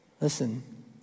Listen